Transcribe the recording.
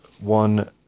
one